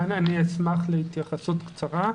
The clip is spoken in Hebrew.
אני אשמח להתייחסות קצרה.